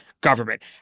government